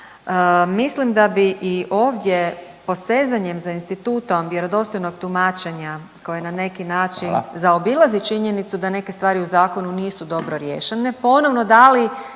Mislim da bi i ovdje posezanjem za institutom vjerodostojnog tumačenja koji na neki način zaobilazi činjenicu da neke stvari u zakonu nisu dobro riješene ponovno dali